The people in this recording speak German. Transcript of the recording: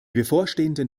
bevorstehenden